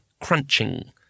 crunching